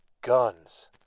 guns